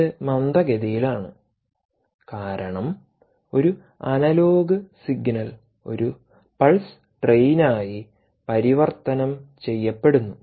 ഇത് മന്ദഗതിയിലാണ് കാരണം ഒരു അനലോഗ് സിഗ്നൽ ഒരു പൾസ് ട്രെയിനായി പരിവർത്തനം ചെയ്യപ്പെടുന്നു